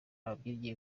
ababyinnyi